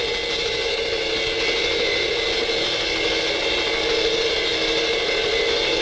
it